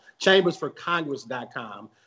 Chambersforcongress.com